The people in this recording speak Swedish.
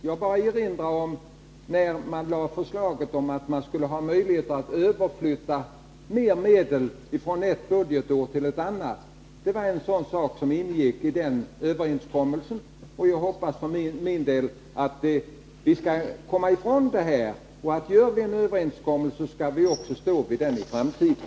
Jag bara erinrar om det tillfället då man lade fram förslag om möjligheter att överflytta medel från ett budgetår till ett annat. Det var en sådan sak som ingick i den då träffade överenskommelsen, och jag hoppas för min del att vi skall komma ifrån brytandet av överenskommelser. Gör vi en överenskommelse skall vi också stå för den i framtiden.